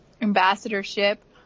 ambassadorship